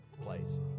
place